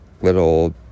little